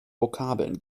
vokabeln